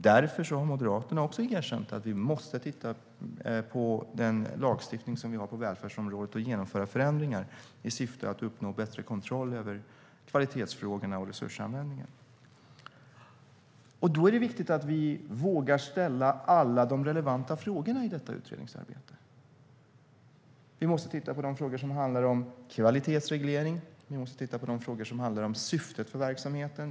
Därför har Moderaterna också erkänt att vi måste titta på den lagstiftning vi har på välfärdsområdet och genomföra förändringar i syfte att uppnå bättre kontroll över kvalitetsfrågorna och resursanvändningen. Det är viktigt att vi vågar ställa alla de relevanta frågorna i detta utredningsarbete. Vi måste titta på de frågor som handlar om kvalitetsreglering. Vi måste titta på de frågor som handlar om syftet med verksamheten.